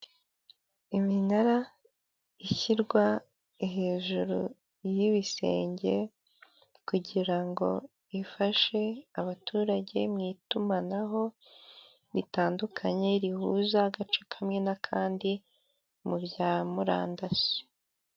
Iminara ishyirwa hejuru y'ibisenge kugira ngo ifashe abaturage mu itumanaho ritandukanye, rihuza agace kamwe n'akandi mu bya murandasi.